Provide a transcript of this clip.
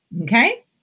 Okay